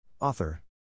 Author